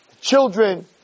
children